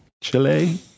Chile